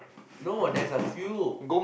no there's a few